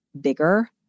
bigger